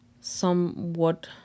somewhat